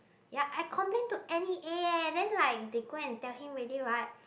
ya I complain to N_E_A eh then like they go and tell him already right